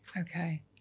Okay